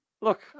look